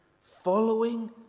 Following